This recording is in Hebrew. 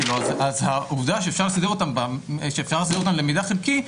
אז העובדה שאפשר לסדר אותם למידע חלקי,